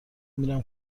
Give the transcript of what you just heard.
میرم